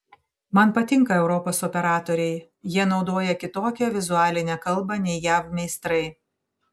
man patinka europos operatoriai jie naudoja kitokią vizualinę kalbą nei jav meistrai